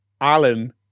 Alan